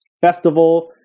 Festival